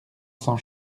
cents